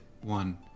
one